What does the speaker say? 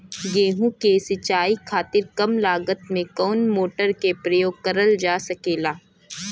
गेहूँ के सिचाई खातीर कम लागत मे कवन मोटर के प्रयोग करल जा सकेला?